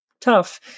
tough